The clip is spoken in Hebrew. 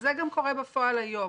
וזה גם קורה בפועל היום.